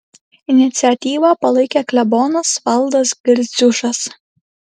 iniciatyvą palaikė klebonas valdas girdziušas